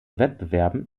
wettbewerben